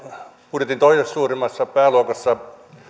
budjetin toiseksi suurimmassa pääluokassa